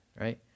right